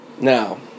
Now